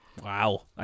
Wow